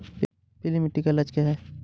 पीली मिट्टी का इलाज क्या है?